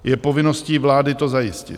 Je povinností vlády to zajistit.